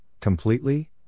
completely